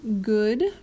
good